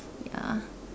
ya